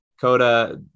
coda